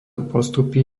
postupy